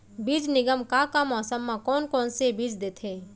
बीज निगम का का मौसम मा, कौन कौन से बीज देथे?